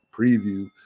preview